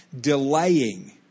Delaying